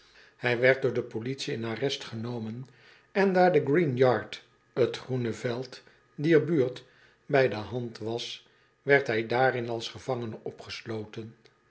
hij werd door de politie in arrest genomen en daar de green yard t groene veld dier buurt bij de hand was werd hij daarin als gevangene opgesloten